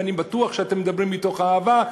ואני בטוח שאתם מדברים מתוך אהבה,